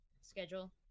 schedule